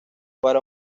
para